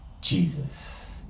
Jesus